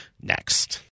next